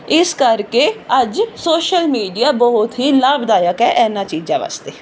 ਇਸ ਕਰਕੇ ਅੱਜ ਸੋਸ਼ਲ ਮੀਡੀਆ ਬਹੁਤ ਹੀ ਲਾਭਦਾਇਕ ਹੈ ਇਹਨਾਂ ਚੀਜ਼ਾਂ ਵਾਸਤੇ